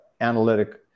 analytic